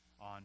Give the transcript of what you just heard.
on